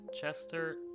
Chester